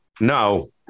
No